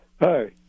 Hi